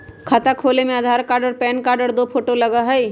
खाता खोले में आधार कार्ड और पेन कार्ड और दो फोटो लगहई?